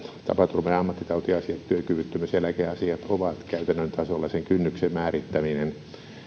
tapaturma ja ammattitautiasiat työkyvyttömyyseläkeasiat ovat käytännön tasolla sen kynnyksen määrittäminen